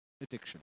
addiction